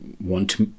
want